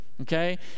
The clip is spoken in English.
Okay